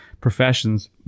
professions